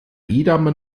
edamer